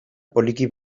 poliki